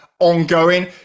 ongoing